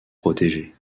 protégé